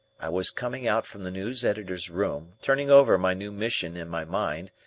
i was coming out from the news editor's room, turning over my new mission in my mind,